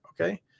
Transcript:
okay